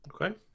Okay